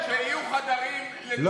אני אגיד לך, שיהיו חדרים, לדוגמה, לא.